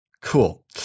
Cool